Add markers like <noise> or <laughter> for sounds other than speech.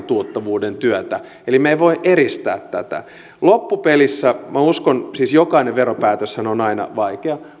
<unintelligible> tuottavuuden työtä eli me emme voi eristää tätä loppupelissä siis jokainen veropäätöshän on aina vaikea